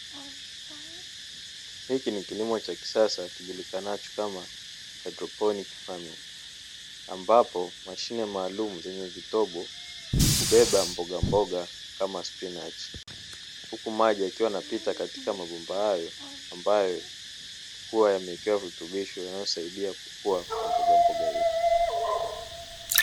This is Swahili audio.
Hiki ni kilimo cha kisasa kijulikanacho kama haidroponiki famingi, ambapo mabomba maalumu yenye viroba hubeba mboga kama spinachi, huku maji yakiwa yanapita kwenye mabomba hayo ambayo yamewekewa virutubisho vinavyosaidia kukua kwa mboga mboga hizo.